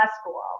school